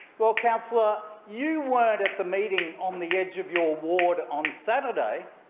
well, councillor you weren't at the meeting on the edge of your ward on saturday